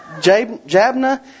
Jabna